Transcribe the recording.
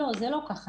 זה לא כך,